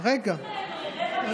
רבע משרה פה,